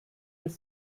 das